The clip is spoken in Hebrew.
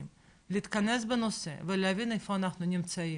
להתכנס בנושא ולהבין איפה אנחנו נמצאים.